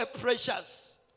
precious